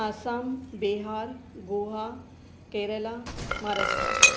Assam Bihar Goa Kerala Maharashtra